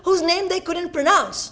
whose name they couldn't pronounce